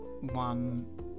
one